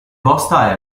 posta